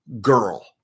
Girl